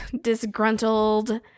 disgruntled